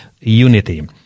unity